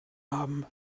haben